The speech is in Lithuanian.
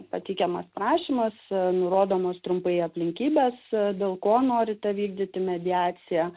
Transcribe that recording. pateikiamas prašymas nurodomos trumpai aplinkybės dėl ko norite vykdyti mediaciją